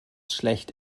schlecht